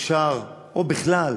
אפשר, או בכלל,